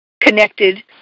connected